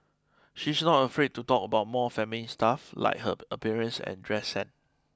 she is not afraid to talk about more feminine stuff like her appearance and dress sense